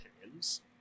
opinions